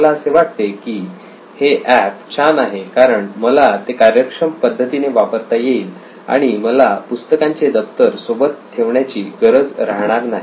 मला असे वाटते की हे एप छान आहे कारण मला ते कार्यक्षम पद्धतीने वापरता येईल आणि मला पुस्तकांचे दप्तर सोबत ठेवण्याची गरज राहणार नाही